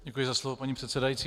Děkuji za slovo, paní předsedající.